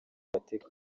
bifatika